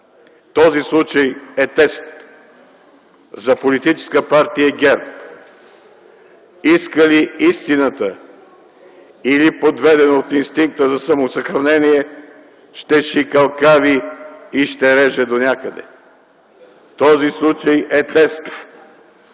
Този случай е тест за политическа партия ГЕРБ: иска ли истината или подведена от инстинкта за самосъхранение, ще шикалкави и ще реже донякъде? Този случай е тест